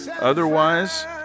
Otherwise